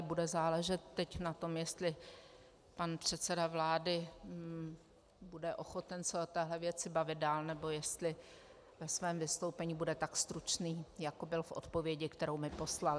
Bude záležet teď na tom, jestli pan předseda vlády bude ochoten se o této věci bavit dál, nebo jestli ve svém vystoupení bude tak stručný, jako byl v odpovědi, kterou mi poslal.